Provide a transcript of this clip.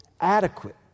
adequate